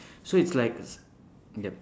so it's like yup